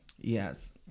Yes